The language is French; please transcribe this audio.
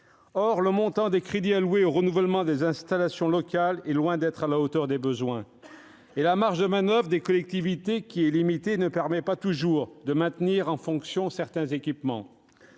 Or le montant des crédits alloués au renouvellement des installations locales est loin d'être à la hauteur des besoins. Et la marge de manoeuvre des collectivités, qui est limitée, ne leur permet pas toujours de maintenir en fonction certains équipements.